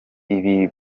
ibi